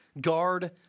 guard